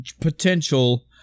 potential